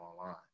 online